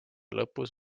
lõpus